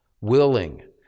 willing